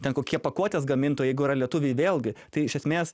ten kokie pakuotės gamintojai jeigu yra lietuviai vėlgi tai iš esmės